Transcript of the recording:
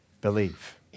believe